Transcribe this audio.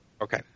Okay